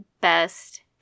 best